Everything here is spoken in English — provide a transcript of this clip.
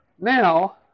Now